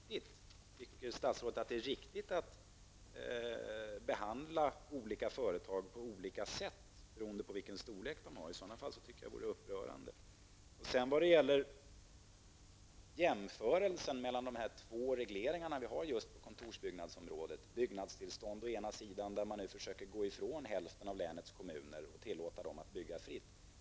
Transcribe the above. Tycker statsrådet att det är riktigt att behandla företag på olika sätt beroende på vilken storlek de har? För min del tycker jag att detta är upprörande. Sedan till jämförelsen mellan de två regleringarna på kontorsbyggnadsområdet. Det gäller byggnadstillstånd där man nu försöker gå ifrån hälften av länets kommuner och tillåta dem att bygga fritt.